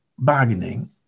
bargaining